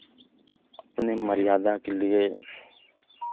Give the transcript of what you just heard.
अपनी मर्यादा के लिए